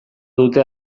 dute